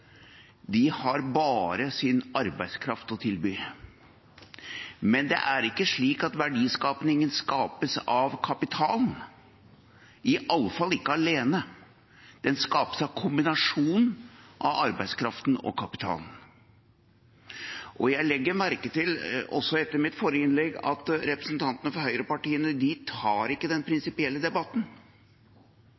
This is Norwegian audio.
har bare sin arbeidskraft å tilby. Men det er ikke slik at verdiskapingen skapes av kapitalen, iallfall ikke alene – den skapes av kombinasjonen av arbeidskraften og kapitalen. Og jeg la merke til, også etter mitt forrige innlegg, at representantene for høyrepartiene ikke tar den